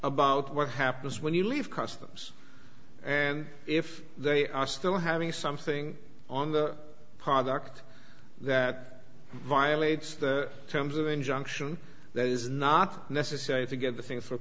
about what happens when you leave customs and if they are still having something on the product that violates the terms of injunction that is not necessary to get the thing for